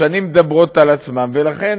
השנים מדברות בעד עצמן, ולכן,